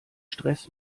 stress